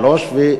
שלוש שנים,